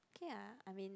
ya I mean